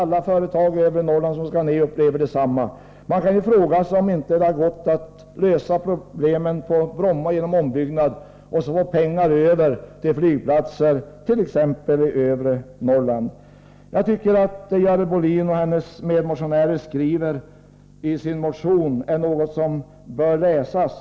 Alla företagsrepresentanter från övre Norrland upplever samma sak. Man kan fråga sig om det inte hade gått att lösa problemen på Bromma genom ombyggnad, så att det hade blivit pengar över till flygplatser i t.ex. övre Norrland. Jag tycker att vad Görel Bohlin och hennes medmotionärer skriver i sin motion är någonting som bör läsas.